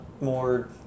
more